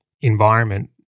environment